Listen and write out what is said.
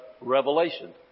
revelation